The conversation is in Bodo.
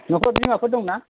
न'फ्राव बिमाफोर दं ना